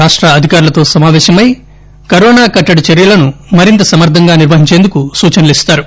రాష్ట అధికారులతో సమాపేశమై కరోనా కట్టడి చర్యలను మరింత సమర్దంగా నిర్వహించేందుకు సూచనలిస్తారు